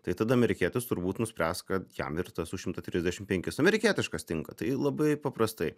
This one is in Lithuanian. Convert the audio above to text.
tai tada amerikietis turbūt nuspręs kad jam ir tas už šimtą trisdešimt penkis amerikietiškas tinka tai labai paprastai